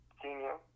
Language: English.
senior